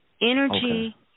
Energy